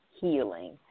Healing